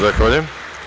Zahvaljujem.